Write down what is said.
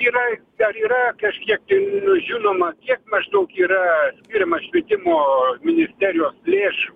yra dar yra kažkiek tai nu žinoma kiek maždaug yra skiriama švietimo ministerijos lėšų